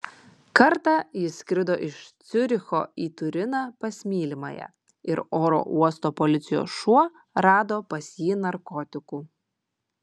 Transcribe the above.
kartą jis skrido iš ciuricho į turiną pas mylimąją ir oro uosto policijos šuo rado pas jį narkotikų